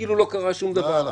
כאילו לא קרה שום דבר.